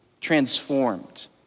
transformed